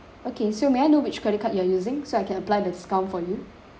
okay so may I know which credit card you are using so I can apply the discount for you